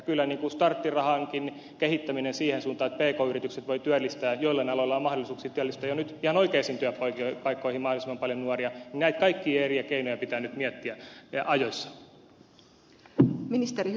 kyllä starttirahankin kehittämistä siihen suuntaan että pk yritykset voivat työllistää joillain aloilla on mahdollisuuksia työllistää jo nyt ihan oikeisiin työpaikkoihin mahdollisimman paljon nuoria näitä kaikkia eri keinoja pitää nyt miettiä ja ajoissa